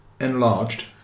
Enlarged